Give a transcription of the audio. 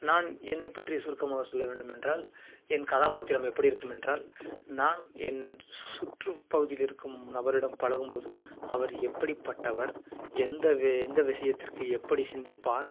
நான் என்னை பற்றி சுருக்கமாக சொல்ல வேண்டும் என்றால் என் கதாபாத்திரம் எப்படி இருக்கும் என்றால் நான் என் சுற்று பகுதியில் இருக்கும் நபரிடம் பழகும்போது அவர் எப்படி பட்டவர் எந்த வே எந்த விஷயத்திற்கு எப்படி சிந்திப்பார்